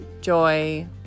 joy